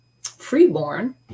freeborn